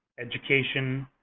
education,